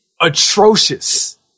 atrocious